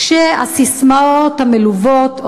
כשהססמאות המלוות,